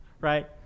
right